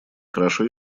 хорошо